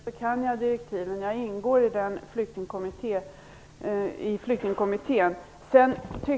Fru talman! Jag kan direktiven, Lennart Rohdin. Jag ingår i Flyktingpolitiska kommittén.